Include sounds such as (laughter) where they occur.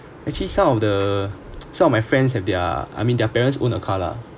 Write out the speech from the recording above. actually some of the (noise) some of my friends have their I mean their parents own a car lah